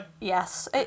Yes